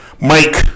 Mike